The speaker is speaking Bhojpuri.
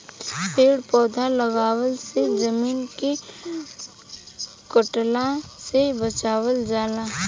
पेड़ पौधा लगवला से जमीन के कटला से बचावल जाला